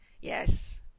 Yes